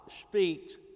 speaks